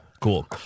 Cool